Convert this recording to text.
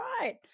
right